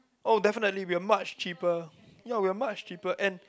oh definitely we are much cheaper ya we are much cheaper and